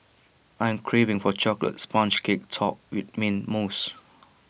I am craving for A Chocolate Sponge Cake Topped with Mint Mousse